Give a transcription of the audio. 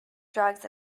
drugs